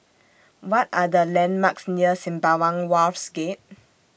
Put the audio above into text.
What Are The landmarks near Sembawang Wharves Gate